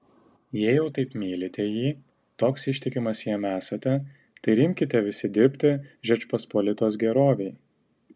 jei jau taip mylite jį toks ištikimas jam esate tai ir imkite visi dirbti žečpospolitos gerovei